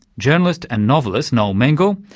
journalist and novelist noel mengel,